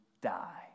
die